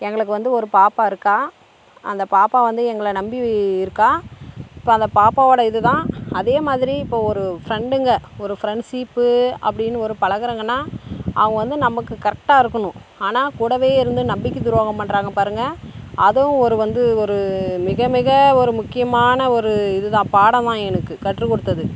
எங்களுக்கு வந்து ஒரு பாப்பா இருக்கா அந்த பாப்பா வந்து எங்களை நம்பி இருக்கா இப்போ அந்த பாப்பாவோட இதுதான் அதேமாதிரி இப்போ ஒரு ஃப்ரெண்டுங்க ஒரு ஃப்ரெண்ட்ஷிப்பு அப்படின்னு ஒரு பழகறாங்கன்னா அவங்க வந்து நமக்கு கரெக்ட்டாக இருக்கணும் ஆன கூடவே இருந்து நம்பிக்கை துரோகம் பண்ணுறாங்க பாருங்கள் அதுவும் ஒரு வந்து ஒரு மிக மிக ஒரு முக்கியமான ஒரு இதுதான் பாடமாக எனக்கு கற்றுக் கொடுத்தது